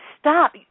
stop